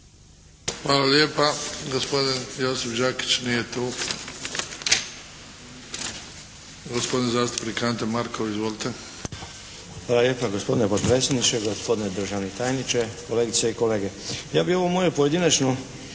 Hvala lijepa gospodine potpredsjedniče. Gospodine državni tajniče, kolegice i kolege. Ja bih ovo moje pojedinačno